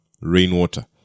rainwater